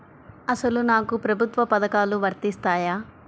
అసలు నాకు ప్రభుత్వ పథకాలు వర్తిస్తాయా?